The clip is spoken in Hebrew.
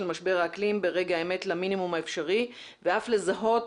משבר האקלים ברגע האמת למינימום האפשרי ואף לזהות